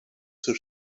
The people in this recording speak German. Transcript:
zur